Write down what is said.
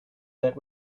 that